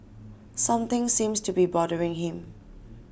something seems to be bothering him